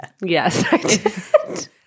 Yes